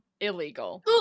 Illegal